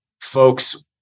folks